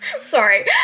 sorry